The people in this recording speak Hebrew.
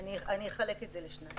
אני אחלק את זה לשניים.